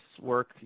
work